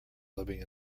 living